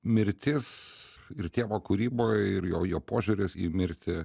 mirtis ir tėvo kūryboj ir jo jo požiūris į mirtį